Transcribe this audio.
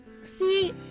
See